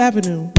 Avenue